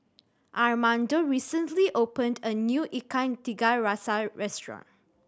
Armando recently opened a new Ikan Tiga Rasa restaurant